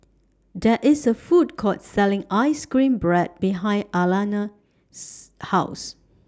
There IS A Food Court Selling Ice Cream Bread behind Alanna's House